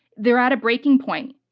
they're at a breaking point,